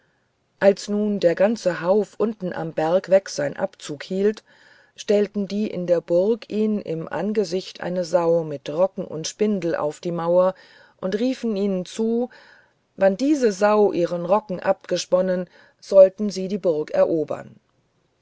als nun der ganze hauf unten am berg weg sein abzug hielt stellten die in der burg jnn im angesicht eine sau mit rocken und spindel auff die mauer und riefen jnn zu wann dise sau ihrn rocken abgesponnen sollten sy die burg erobern